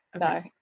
no